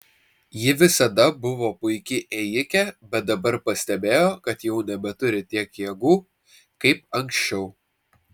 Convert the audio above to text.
ji visada buvo puiki ėjike bet dabar pastebėjo kad jau nebeturi tiek jėgų kaip anksčiau